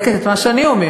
את מחזקת את מה שאני אומרת.